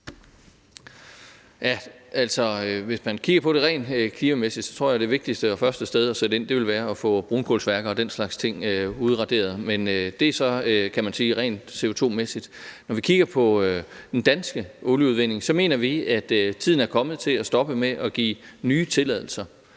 Hvis man kigger på det rent klimamæssigt, tror jeg det vigtigste og første sted at sætte ind vil være at få brunkulsværker og den slags ting udraderet, men det, kan man sige, er så rent CO2-mæssigt. Når vi kigger på den danske olieudvinding, mener vi, at tiden er kommet til at stoppe med at give nye tilladelser.